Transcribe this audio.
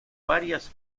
varias